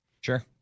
Sure